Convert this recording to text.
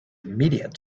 immediate